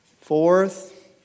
Fourth